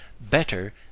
better